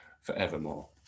forevermore